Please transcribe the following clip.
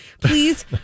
please